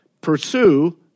Pursue